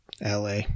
la